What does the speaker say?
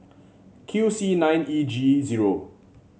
Q C nine E G zero